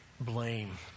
blame